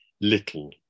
little